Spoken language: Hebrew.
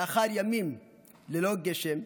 לאחר ימים ללא גשם,